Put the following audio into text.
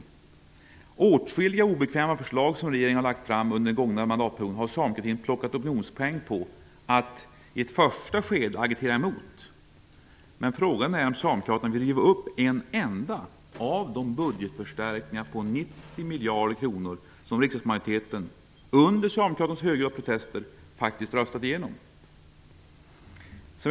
I åtskilliga obekväma förslag som regeringen har lagt fram under den gångna mandatperioden har socialdemokratin plockat opinionspoäng genom att i ett första skede agitera emot. Men frågan är om Socialdemokraterna vill riva upp en enda av de budgetförstärkningar på 90 miljarder kronor som riksdagsmajoriteten, under Socialdemokraternas högljudda protester, röstat igenom.